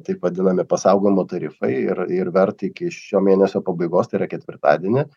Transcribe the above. taip vadinami pasaugojimo tarifai ir ir vert iki šio mėnesio pabaigos tai yra ketvirtadienį